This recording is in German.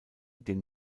den